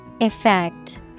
Effect